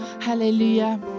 Hallelujah